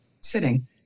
sitting